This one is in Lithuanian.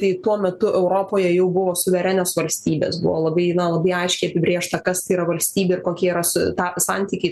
tai tuo metu europoje jau buvo suverenios valstybės buvo labai na labai aiškiai apibrėžta kas tai yra valstybė ir kokie yra su ta santykiai